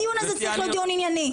הדיון הזה צריך להיות דיון ענייני.